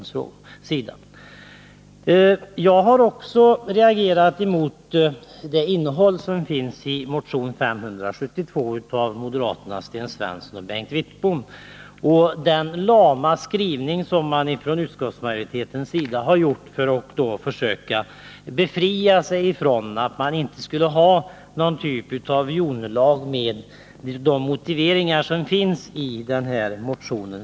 Jag hör till dem som har reagerat mot innehållet i motion 572 av moderaterna Sten Svensson och Bengt Wittbom och den lama skrivning som utskottsmajoriteten har gjort för att försöka befria sig från att man skulle ha någon typ av hjonelag med de motiveringar som finns i motionen.